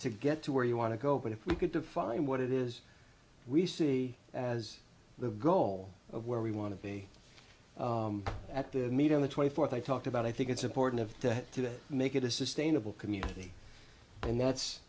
to get to where you want to go but if we could define what it is we see as the goal of where we want to be at the meeting the twenty fourth i talked about i think it's important to make it a sustainable community and that's